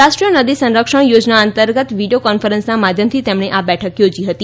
રાષ્ટ્રીય નદી સંરક્ષણ યોજના અંતર્ગત વીડીયો કોન્ફરન્સના માધ્યમથી તેમણે આ બેઠક યોજી હતી